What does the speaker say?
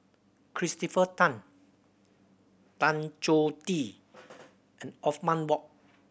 Christopher Tan Tan Choh Tee and Othman Wok